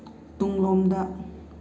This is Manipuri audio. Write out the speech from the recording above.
ꯇꯨꯡꯂꯣꯝꯗ